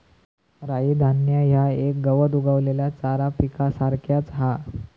राई धान्य ह्या एक गवत उगवलेल्या चारा पिकासारख्याच हा